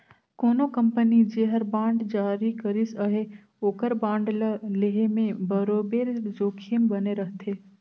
कोनो कंपनी जेहर बांड जारी करिस अहे ओकर बांड ल लेहे में बरोबेर जोखिम बने रहथे